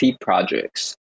projects